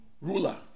ruler